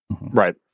Right